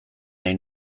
nahi